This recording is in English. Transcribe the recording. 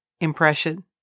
impression